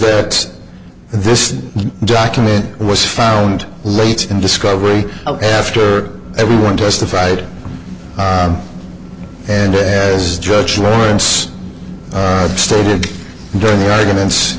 that this document was found late in discovery after everyone testified and as judge lawrence stated during the arguments